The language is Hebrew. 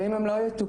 אם הם לא יטופלו,